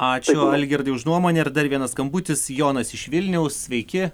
ačiū algirdai už nuomonę ir dar vienas skambutis jonas iš vilniaus sveiki